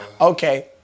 Okay